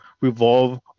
revolve